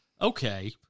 okay